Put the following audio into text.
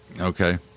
okay